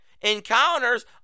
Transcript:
Encounters